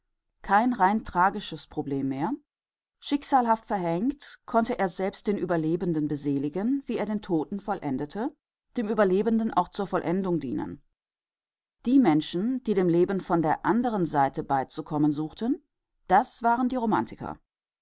kein rein tragisches problem mehr schicksalhaft verhängt konnte er selbst den überlebenden beseligen wie er den toten vollendete dem überlebenden auch zur vollendung dienen die menschen die dem leben von der anderen seite beizukommen suchten das waren romantiker